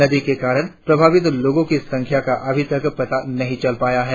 नदी के कारण प्रभावित लोगों की संख्या का अभी तक पता नहीं चल पाया है